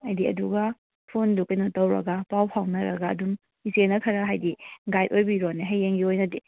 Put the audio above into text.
ꯍꯥꯏꯗꯤ ꯑꯗꯨꯒ ꯐꯣꯟꯗꯨ ꯀꯩꯅꯣ ꯇꯧꯔꯒ ꯄꯥꯎ ꯐꯥꯎꯅꯔꯒ ꯑꯗꯨꯝ ꯏꯆꯦꯅ ꯈꯔ ꯍꯥꯏꯗꯤ ꯒꯥꯏꯠ ꯑꯣꯏꯕꯤꯔꯣꯅꯦ ꯍꯌꯦꯡꯒꯤ ꯑꯣꯏꯅꯗꯤ